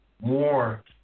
more